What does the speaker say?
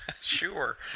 Sure